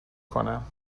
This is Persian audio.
کنم